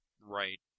Right